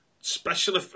special